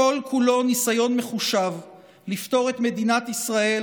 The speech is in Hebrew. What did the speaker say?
כל-כולו ניסיון מחושב לפטור את מדינת ישראל,